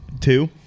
two